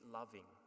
loving